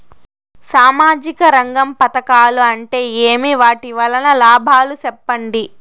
సామాజిక రంగం పథకాలు అంటే ఏమి? వాటి వలన లాభాలు సెప్పండి?